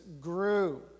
grew